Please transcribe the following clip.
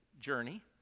journey